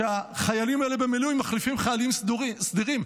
שהחיילים האלה במילואים מחליפים חיילים סדירים.